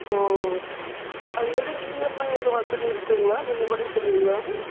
ஓ அது எதுவும் இஎம்ஐ எதுவும் வசதி இருக்குதுங்களா நீங்கள் பண்ணித் தருவீங்களா